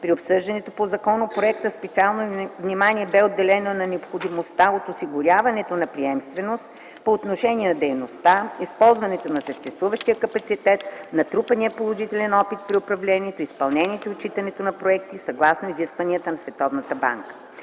При обсъждането по законопроекта специално внимание бе отделено на необходимостта от осигуряването на приемственост по отношение на дейността, използването на съществуващия капацитет и натрупания положителен опит при управлението, изпълнението и отчитането на проекти, съгласно изискванията на